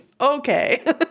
okay